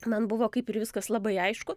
man buvo kaip ir viskas labai aišku